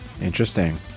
Interesting